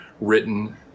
written